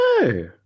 No